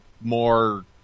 more